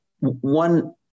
one